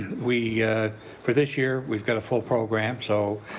we for this year we've got a full program, so